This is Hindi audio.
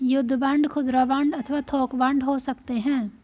युद्ध बांड खुदरा बांड अथवा थोक बांड हो सकते हैं